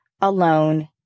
alone